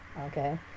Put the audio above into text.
Okay